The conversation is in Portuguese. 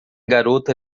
garota